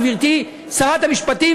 גברתי שרת המשפטים,